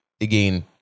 again